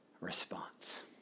response